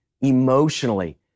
emotionally